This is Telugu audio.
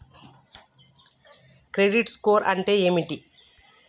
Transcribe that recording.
క్రెడిట్ స్కోర్ అంటే ఏమిటి?